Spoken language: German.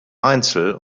einzel